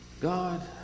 God